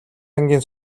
ангийн